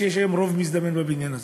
מפני שיש היום רוב מזדמן בבניין הזה.